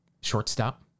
shortstop